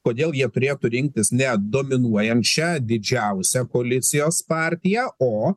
kodėl jie turėtų rinktis ne dominuojančią didžiausią koalicijos partija o